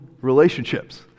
relationships